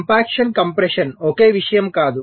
compaction compression ఒకే విషయం కాదు